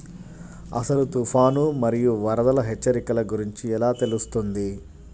అసలు తుఫాను మరియు వరదల హెచ్చరికల గురించి ఎలా తెలుస్తుంది?